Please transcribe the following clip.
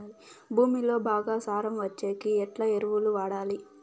భూమిలో బాగా సారం వచ్చేకి ఎట్లా ఎరువులు వాడాలి?